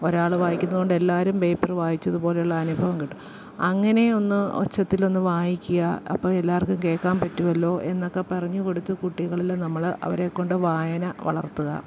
ഒരാൾ വായിക്കുന്നതു കൊണ്ട് എല്ലാവരും പേപ്പർ വായിച്ചതു പോലെയുള്ള അനുഭവം കിട്ടും അങ്ങനെ ഒന്ന് ഒച്ചത്തിലൊന്നു വായിക്കാൻ അപ്പോൾ എല്ലാവർക്കും കേൾക്കാൻ പറ്റുമല്ലോ എന്നൊക്കെ പറഞ്ഞു കൊടുത്ത് കുട്ടികളിൽ നമ്മൾ അവരെ കൊണ്ട് വായന വളർത്തുക